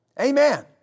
Amen